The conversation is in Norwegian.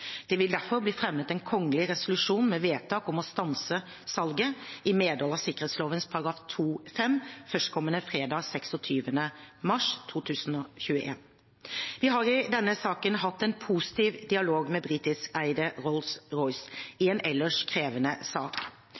Det vil derfor bli fremmet en kongelig resolusjon med vedtak om å stanse salget i medhold av sikkerhetsloven § 2-5 førstkommende fredag, 26. mars 2021. Vi har i denne saken hatt en positiv dialog med britiskeide Rolls-Royce i en ellers krevende sak.